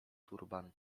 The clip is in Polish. turban